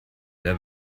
der